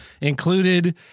included